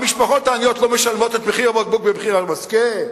המשפחות העניות לא משלמות את מחיר הבקבוק במחיר המשקה?